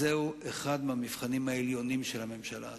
זהו אחד המבחנים העליונים של הממשלה הזו,